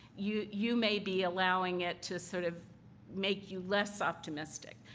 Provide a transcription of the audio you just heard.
you you may be allowing it to sort of make you less optimistic.